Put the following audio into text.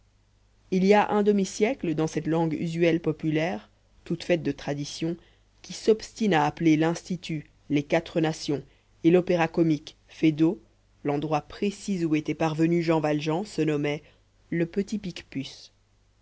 il y a un demi-siècle dans cette langue usuelle populaire toute faite de traditions qui s'obstine à appeler l'institut les quatre nations et l'opéra-comique feydeau l'endroit précis où était parvenu jean valjean se nommait le petit picpus